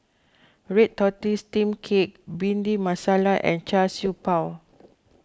Red Tortoise Steamed Cake Bhindi Masala and Char Siew Bao